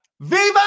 Viva